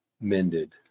mended